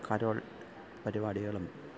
Carol പരിപാടികളും